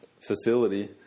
facility